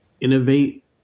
innovate